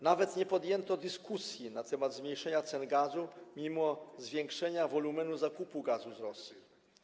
Nawet nie podjęto dyskusji na temat zmniejszenia cen gazu mimo zwiększenia wolumenu zakupu gazu z Rosji.